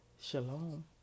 Shalom